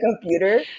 computer